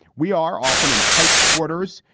we are often in tight quarters.